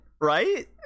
right